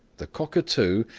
the cockatoo,